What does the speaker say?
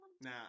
Nah